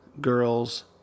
girls